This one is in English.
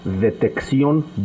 detección